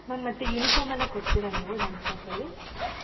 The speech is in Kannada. ಮ್ಯಾಮ್ ಮತ್ತೆ ಯುನಿಫಾರ್ಮೆಲ್ಲ ಕೊಡ್ತೀರಾ ನೀವು ಡ್ಯಾನ್ಸ್ ಕ್ಲಾಸಲ್ಲಿ